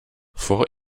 vor